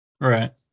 Right